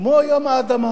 כמו יום האדמה